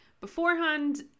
beforehand